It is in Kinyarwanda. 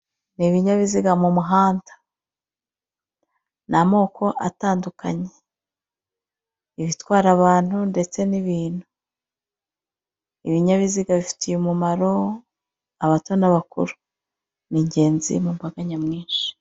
Ni ibinyabiziga mu muhanda ni amoko atandukanye ibitwara abantu ndetse n'abantu, ibinyabiziga bifitiye umumaro abato n'abakuru ni ingenzi mu mbaga nyamwinshi.